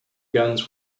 guns